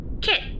Kit